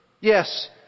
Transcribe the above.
yes